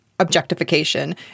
objectification